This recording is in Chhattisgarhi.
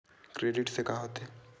क्रेडिट से का होथे?